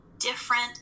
different